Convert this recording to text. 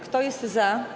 Kto jest za?